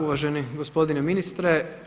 uvaženi gospodine ministre.